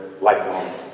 lifelong